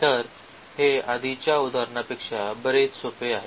तर हे आधीच्या उदाहरणांपेक्षा बरेच सोपे आहे